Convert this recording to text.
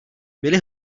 byly